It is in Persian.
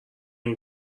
این